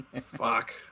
Fuck